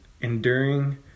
enduring